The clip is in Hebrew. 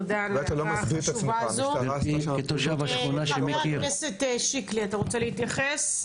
חבר הכנסת שיקלי, אתה רוצה להתייחס?